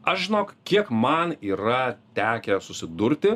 aš žinok kiek man yra tekę susidurti